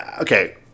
okay